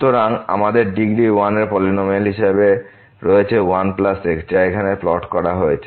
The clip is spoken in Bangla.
সুতরাং আমাদের ডিগ্রী 1 এর পলিনমিয়াল হিসাবে রয়েছে 1x যা এখানে প্লট করা হয়েছে